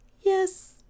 yes